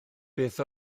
beth